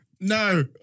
no